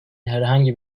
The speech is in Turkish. herhangi